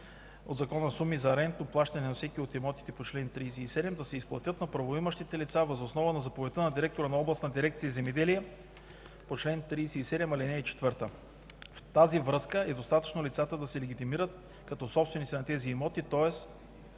от Закона суми за рентно плащане на всеки от имотите да се изплатят на правоимащите лица въз основа на заповедта на директора на областна дирекция „Земеделие” по чл. 37, ал. 4. Във връзка с това е достатъчно лицата да се легитимират като собственици на тези имоти, тоест